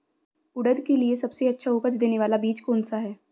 उड़द के लिए सबसे अच्छा उपज देने वाला बीज कौनसा है?